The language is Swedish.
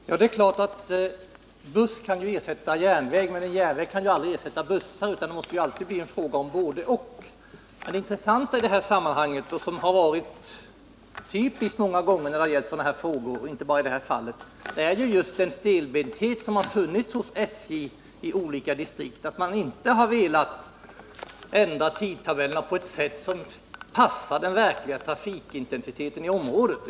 Herr talman! Det är klart att bussar kan ersätta en järnväg, men en järnväg kan aldrig ersätta bussar, utan det måste bli fråga om både-och. Det intressanta i detta sammanhang —och som många gånger, inte bara i detta fall, har varit typiskt när det har gällt sådana här frågor — är den stelbenthet som det i olika distrikt har funnits hos SJ. Man har inte velat ändra tidtabellerna så att de anpassas efter den verkliga trafikintensiteten i området.